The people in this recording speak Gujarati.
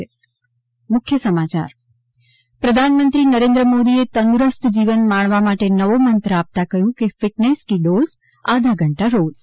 ે પ્રધાનમંત્રી નરેન્દ્ર મોદીએ તંદુરસ્ત જીવન માણવા માટે નવો મંત્ર આપતા કહ્યું કે ફિટનેસ કી ડોઝ આધા ઘંટા રોજ